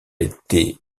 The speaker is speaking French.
été